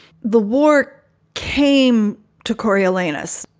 the war came to coriolanus.